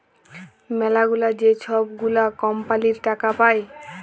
ম্যালাগুলা যে ছব গুলা কম্পালির টাকা পায়